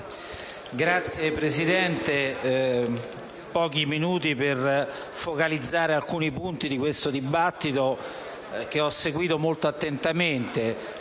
intervengo pochi minuti per focalizzare alcuni punti di questo dibattito, che ho seguito molto attentamente.